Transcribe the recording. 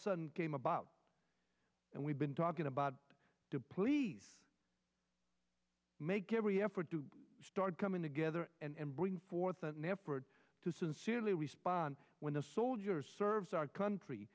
sudden came about and we've been talking about to please make every effort to start coming together and bring forth an effort to sincerely respond when the soldiers serves our country